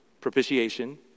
propitiation